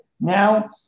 now